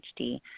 HD